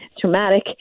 traumatic